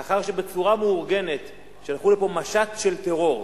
לאחר שבצורה מאורגנת שלחו לפה משט של טרור,